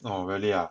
oh really ah